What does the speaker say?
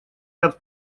ряд